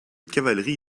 cavalerie